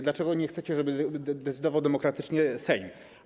Dlaczego nie chcecie, żeby decydował demokratycznie Sejm?